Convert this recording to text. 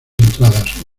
entradas